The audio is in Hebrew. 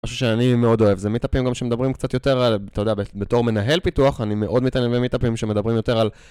משהו שאני מאוד אוהב, זה מיטאפים גם שמדברים קצת יותר על... אתה יודע, ב-בתור מנהל פיתוח, אני מאוד מתעניין במיטאפים שמדברים יותר על...